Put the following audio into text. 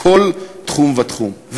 בכל תחום ותחום,